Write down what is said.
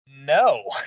No